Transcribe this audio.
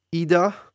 Ida